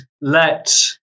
let